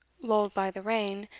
lulled by the rain,